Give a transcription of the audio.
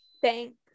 thanks